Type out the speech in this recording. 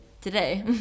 today